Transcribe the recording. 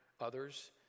others